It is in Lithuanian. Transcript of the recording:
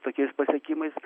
tokiais pasiekimais